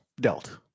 dealt